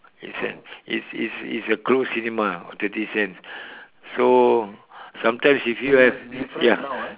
eight cents it's it's it's it's a close cinema thirty cents so sometimes if you have ya